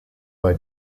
bei